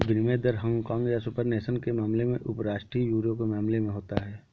विनिमय दर हांगकांग या सुपर नेशनल के मामले में उपराष्ट्रीय यूरो के मामले में होता है